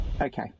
Okay